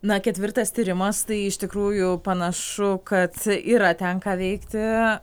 na ketvirtas tyrimas tai iš tikrųjų panašu kad yra ten ką veikti